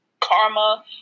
Karma